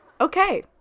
Okay